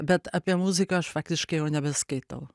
bet apie muziką aš faktiškai jau nebeskaitau